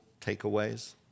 takeaways